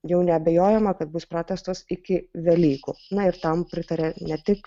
jau neabejojama kad bus pratęstos iki velykų na ir tam pritaria ne tik